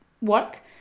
work